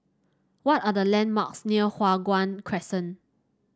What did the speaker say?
what are the landmarks near Hua Guan Crescent